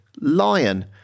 Lion